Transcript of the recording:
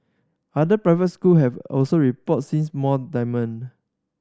other private school have also reported seeings more demand